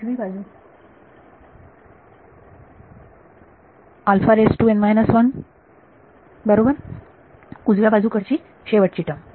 विद्यार्थी उजवी बाजू बरोबर उजव्या बाजूकडील शेवटची टर्म